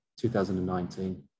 2019